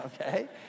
okay